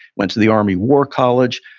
went to the army war college.